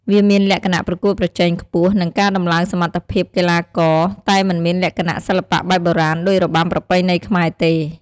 វាមានលក្ខណៈប្រកួតប្រជែងខ្ពស់ និងការតំឡើងសមត្ថភាពកីឡាករ តែមិនមានលក្ខណៈសិល្បៈបែបបុរាណដូចរបាំប្រពៃណីខ្មែរទេ។